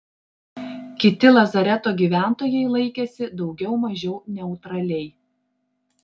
kiti lazareto gyventojai laikėsi daugiau mažiau neutraliai